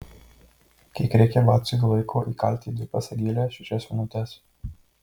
kiek reikia batsiuviui laiko įkalti į dvi pasagėles šešias vinutes